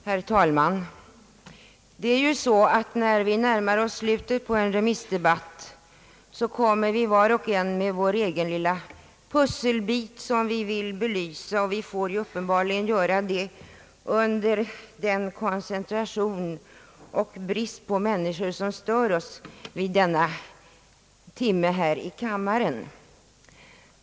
Herr talman! Det är ju så, att när vi närmar oss slutet på en remissdebatt så kommer vi, var och en med vår egen lilla pusselbit som vi vill belysa, och vi får uppenbarligen göra det under den koncentration, som blir möjlig tack vare frånvaron av människor som stör oss vid denna timme här i kammaren.